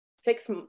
six